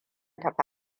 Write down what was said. tafi